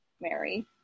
Mary